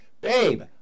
babe